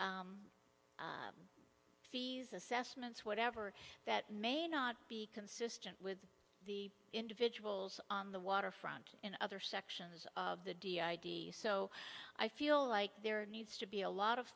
create fees assessments whatever that may not be consistent with the individuals on the waterfront in other sections of the d id so i feel like there needs to be a lot of